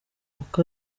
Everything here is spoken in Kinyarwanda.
uko